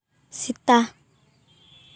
ᱥᱮᱛᱟ